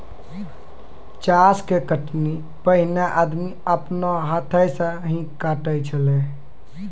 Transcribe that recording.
चास के कटनी पैनेहे आदमी आपनो हाथै से ही काटै छेलै